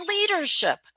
leadership